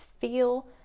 feel